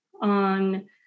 on